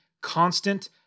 constant